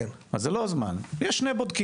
אז זה לא זמן, יש שני בודקים.